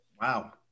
Wow